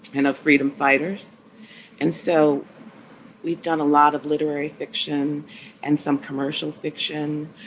kind of freedom fighters and so we've done a lot of literary fiction and some commercial fiction.